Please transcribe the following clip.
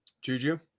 Juju